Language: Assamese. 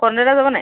কণ দাদা যাব নাই